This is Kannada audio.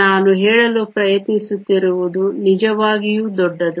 ನಾನು ಹೇಳಲು ಪ್ರಯತ್ನಿಸುತ್ತಿರುವುದು ನಿಜವಾಗಿಯೂ ದೊಡ್ಡದು